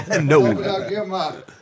No